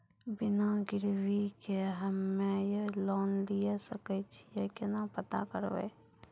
बिना गिरवी के हम्मय लोन लिये सके छियै केना पता करबै?